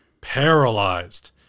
paralyzed